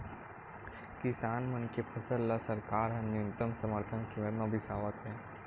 किसान मन के फसल ल सरकार ह न्यूनतम समरथन कीमत म बिसावत हे